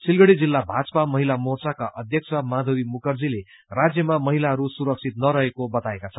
सिलगढ़ी जिल्ला भाजपा महिला मोर्चाका अध्यक्ष माधवी मुखर्जीले राज्यमा महिलाहरू मुरक्षित नरहेको बताएका छन्